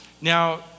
Now